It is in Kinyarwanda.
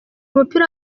umupira